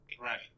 right